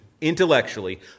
intellectually